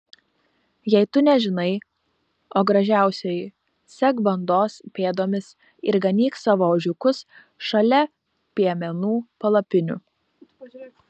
jei tu nežinai o gražiausioji sek bandos pėdomis ir ganyk savo ožiukus šalia piemenų palapinių